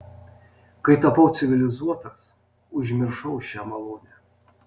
kai tapau civilizuotas užmiršau šią malonę